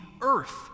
earth